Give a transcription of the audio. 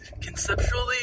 conceptually